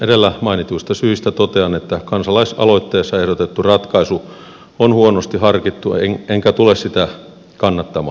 edellä mainituista syistä totean että kansalaisaloitteessa ehdotettu ratkaisu on huonosti harkittu enkä tule sitä kannattamaan